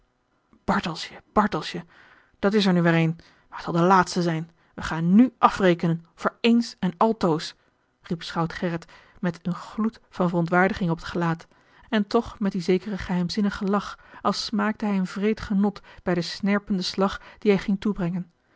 bartelsje bartelsje dat's er nu weêr een maar het zal de laatste zijn we gaan nu afrekenen voor eens en altoos riep schout gerrit met een gloed van verontwaardiging op het gelaat en toch met dien zekeren geheimzinnigen lach als smaakte hij een wreed genot bij den snerpenden slag dien hij ging toebrengen